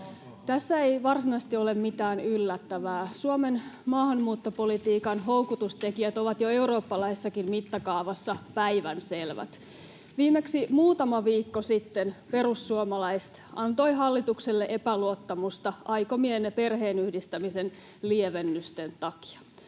Tässä ei varsinaisesti ole mitään yllättävää; Suomen maahanmuuttopolitiikan houkutustekijät ovat jo eurooppalaisessakin mittakaavassa päivänselvät. [Perussuomalaisten ryhmästä: Kutsuhuuto on kuultu!] Viimeksi muutama viikko sitten perussuomalaiset antoivat hallitukselle epäluottamusta aikomienne perheenyhdistämisen lievennysten takia,